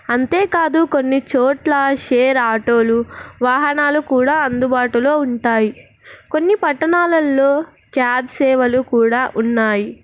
అంతేకాదు కొన్ని చోట్ల షేర్ ఆటోలు వాహనాలు కూడా అందుబాటులో ఉంటాయి కొన్ని పట్టణాలల్లో క్యాబ్ సేవలు కూడా ఉన్నాయి